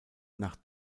nach